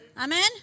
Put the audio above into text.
Amen